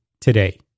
today